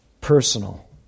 personal